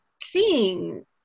seeing